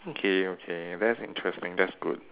okay okay that's interesting that's good